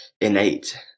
innate